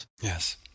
Yes